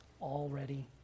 already